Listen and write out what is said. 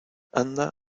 anda